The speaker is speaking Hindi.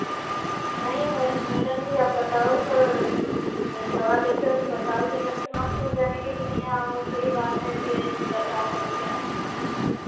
नहीं मै मैडम जी अब बताओ तो जब दवा देते हो बताओगे जब तो आपको जानेंगे कि नहीं यहाँ वह सही बात है कि बर्ताव करेंगे आप